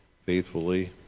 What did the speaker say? faithfully